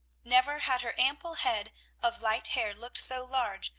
never had her ample head of light hair looked so large,